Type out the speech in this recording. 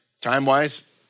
Time-wise